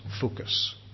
focus